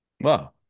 Wow